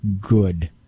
good